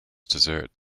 dessert